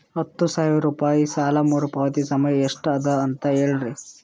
ಹತ್ತು ಸಾವಿರ ರೂಪಾಯಿ ಸಾಲ ಮರುಪಾವತಿ ಸಮಯ ಎಷ್ಟ ಅದ ಅಂತ ಹೇಳರಿ?